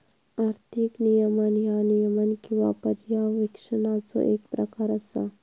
आर्थिक नियमन ह्या नियमन किंवा पर्यवेक्षणाचो येक प्रकार असा